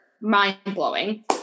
mind-blowing